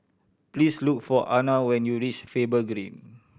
please look for Anna when you reach Faber Green